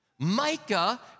Micah